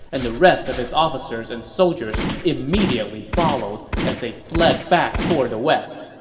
and the rest of his officers and soldiers immediately followed as they fled back toward the west.